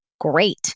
great